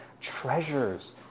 treasures